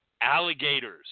alligators